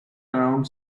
around